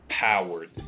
powered